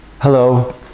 Hello